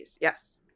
Yes